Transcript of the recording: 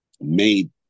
made